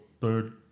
third